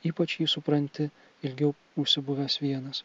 ypač jį supranti ilgiau užsibuvęs vienas